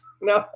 No